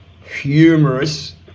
humorous